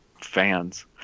fans